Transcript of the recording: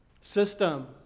system